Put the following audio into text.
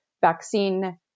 vaccine